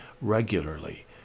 regularly